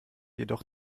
jedoch